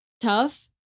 tough